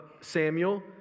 Samuel